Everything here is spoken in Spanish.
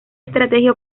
estrategia